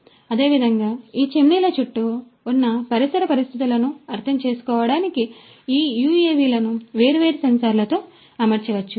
కాబట్టి అదేవిధంగా ఈ చిమ్నీల చుట్టూ ఉన్న పరిసర పరిస్థితులను అర్థం చేసుకోవడానికి ఈ యుఎవిలను వేర్వేరు సెన్సార్లతో అమర్చవచ్చు